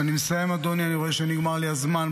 ואני מסיים, אדוני, אני רואה שנגמר לי הזמן.